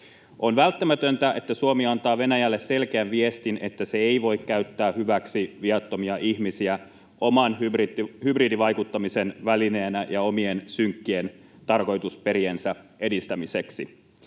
On välttämätöntä, että Suomi antaa Venäjälle selkeän viestin, että se ei voi käyttää hyväksi viattomia ihmisiä oman hybridivaikuttamisen välineenä ja omien synkkien tarkoitusperiensä edistämiseksi.